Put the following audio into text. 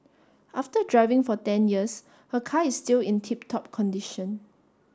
after driving for ten years her car is still in tip top condition